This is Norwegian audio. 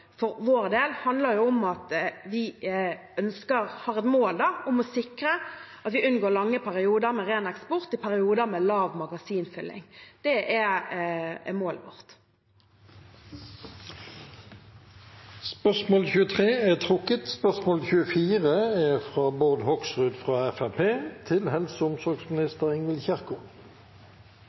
for vår del, er at vi har et mål om å sikre at vi unngår lange perioder med ren eksport i perioder med lav magasinfylling. Det er målet vårt. Spørsmålet er trukket